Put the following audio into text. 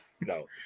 No